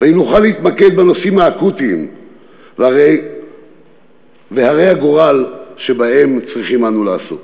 ונוכל להתמקד בנושאים האקוטיים והרי הגורל שבהם צריכים אנו לעסוק?